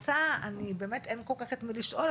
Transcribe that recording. אין כל כך את מי לשאול,